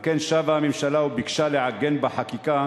על כן שבה הממשלה וביקשה לעגן בחקיקה